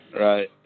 right